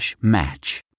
match